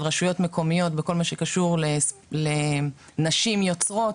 רשויות מקומיות בכל מה שקשור לנשים יוצרות,